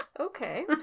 Okay